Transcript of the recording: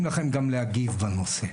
על הגב של הילדים האלה שהם לא הכי במרכז,